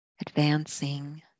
advancing